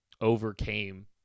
overcame